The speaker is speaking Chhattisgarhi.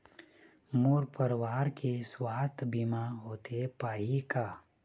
मोर परवार के सुवास्थ बीमा होथे पाही का?